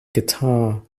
guitar